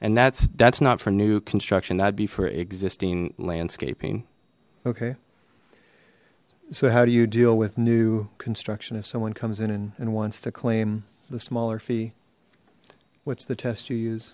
and that's that's not for new construction that be for existing landscaping okay so how do you deal with new construction if someone comes in and wants to claim the smaller fee what's the test you use